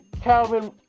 Calvin